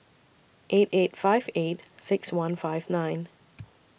eight eight five eight six one five nine